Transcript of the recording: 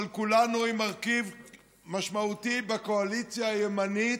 אבל כולנו היא מרכיב משמעותי בקואליציה הימנית,